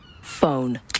Phone